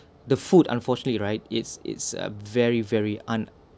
the food unfortunately right it's it's a very very